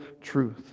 truth